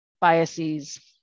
biases